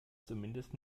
zumindest